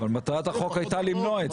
מטרת החוק הייתה למנוע את זה.